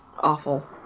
awful